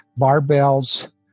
barbells